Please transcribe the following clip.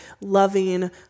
loving